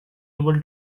able